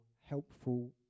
helpful